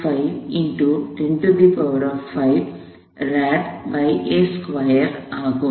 25x 105 rads2 ஆகும்